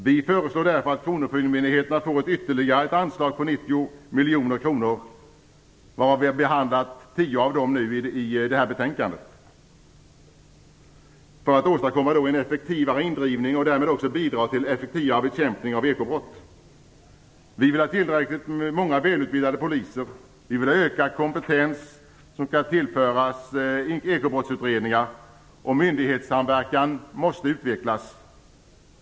Vi föreslår därför att kronofogdemyndigheterna får ytterligare ett anslag på 90 miljoner kronor - vi har behandlat 10 av dem i det här betänkandet - för att åstadkomma en effektivare indrivning och därmed också bidra till effektivare bekämpning av ekobrott. Vi vill ha tillräckligt många välutbildade poliser. Vi vill att ökad kompetens skall tillföras ekobrottsutredningar. Myndighetssamverkan måste utvecklas.